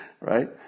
right